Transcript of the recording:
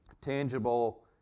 tangible